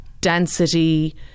density